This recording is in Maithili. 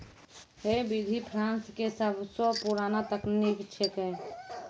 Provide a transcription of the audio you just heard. है विधि फ्रांस के सबसो पुरानो तकनीक छेकै